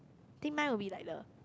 think mine would be like the